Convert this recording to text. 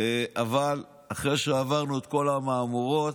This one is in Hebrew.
אבל אחרי שעברנו את כל המהמורות,